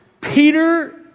Peter